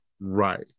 Right